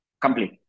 complete